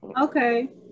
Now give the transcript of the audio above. okay